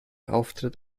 auftritt